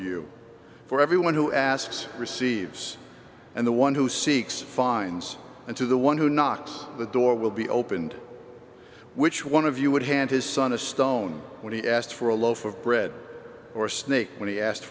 you for everyone who asks receives and the one who seeks finds and to the one who knocks the door will be opened which one of you would hand his son a stone when he asked for a loaf of bread or snake when he asked